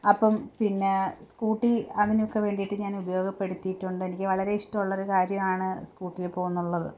അപ്പം പിന്നെ സ്കൂട്ടി അതിനൊക്കെ വേണ്ടിയിട്ട് ഞാൻ ഉപയോഗപ്പെടുത്തിയിട്ടുണ്ട് എനിക്ക് വളരെ ഇഷ്ടമുള്ളൊരു കാര്യമാണ് സ്കൂട്ടിയിൽ പോകുന്നു എന്നുള്ളത്